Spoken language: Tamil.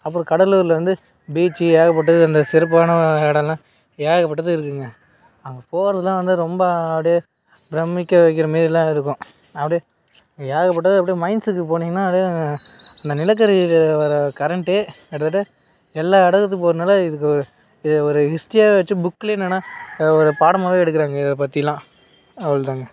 அப்புறம் கடலூர்ல வந்து பீச்சி ஏகப்பட்டது அந்த சிறப்பான இடம்லாம் ஏகப்பட்டது இருக்குதுங்க அங்கே போகிறதுலாம் வந்து ரொம்ப அப்படியே பிரமிக்க வைக்கிற மாரிலாம் இருக்கும் அப்படியே ஏகப்பட்டது அப்படியே மைண்ட்ஸுக்கு போனிங்கனால் அப்படியே அந்த நிலக்கரியில வர கரண்ட்டு கிட்டத்தட்ட எல்லா இடத்துக்கும் போகிறதுனால இதுக்கு இத ஒரு ஹிஸ்ட்ரியாகவே வச்சு புக்ல என்னென்னா ஒரு பாடமாகவே எடுக்கிறாங்க இதை பற்றிலாம் அவ்வளோதாங்க